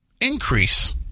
increase